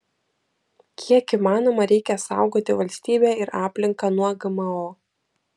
kiek įmanoma reikia saugoti valstybę ir aplinką nuo gmo